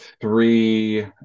three